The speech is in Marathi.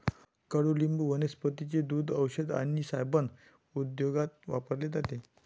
कडुनिंब वनस्पतींचे दूध, औषध आणि साबण उद्योगात वापरले जाते